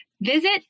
visit